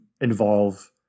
involve